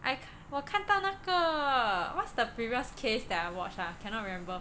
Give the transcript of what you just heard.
I 我看到那个 what's the previous case that I watch ah cannot remember